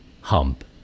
hump